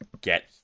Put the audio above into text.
get